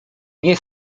nie